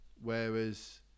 Whereas